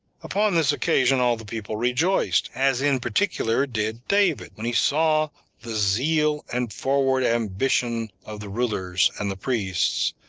upon this occasion all the people rejoiced, as in particular did david, when he saw the zeal and forward ambition of the rulers, and the priests,